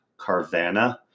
Carvana